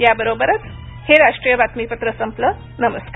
याबरोबरच हे राष्ट्रीय बातमीपत्र संपलं नमस्कार